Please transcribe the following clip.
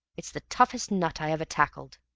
it's the toughest nut i ever tackled!